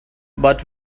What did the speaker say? but